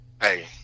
Hey